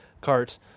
cart